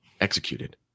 executed